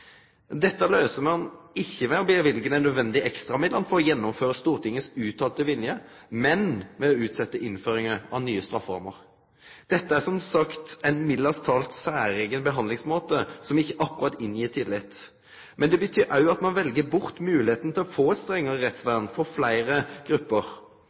Dette løyser ein ikkje ved å løyve dei nødvendige ekstramidlane for å gjennomføre Stortinget sin uttalte vilje, men ved å utsetje innføringa av nye strafferammer. Dette er, som sagt, utan å overdrive ein særeigen behandlingsmåte som ikkje akkurat gir tillit. Men det betyr òg at ein vel bort moglegheita til å få eit strengare rettsvern for fleire grupper.